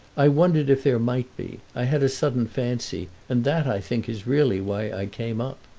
i wondered if there might be i had a sudden fancy and that, i think, is really why i came up.